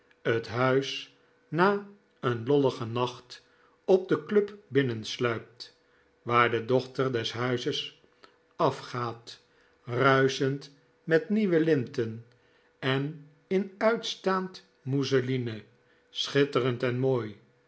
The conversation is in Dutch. het huis na een lolligen nacht op de club binnensluipt waar de dochter des huizes afgaat ruischend met nieuwe linten en in uitstaand mousseline schitterend en mooi